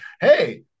hey